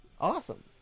Awesome